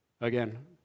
Again